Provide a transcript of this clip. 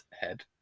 head